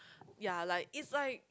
ya like it's like